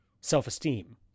self-esteem